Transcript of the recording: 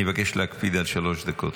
אני מבקש להקפיד על שלוש דקות.